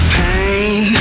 pain